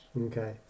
Okay